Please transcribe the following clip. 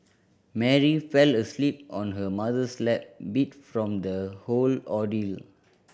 Mary fell asleep on her mother's lap beat from the whole ordeal